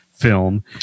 film